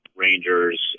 rangers